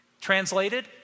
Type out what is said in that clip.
Translated